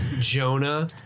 Jonah